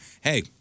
hey